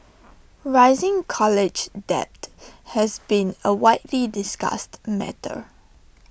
rising college debt has been A widely discussed matter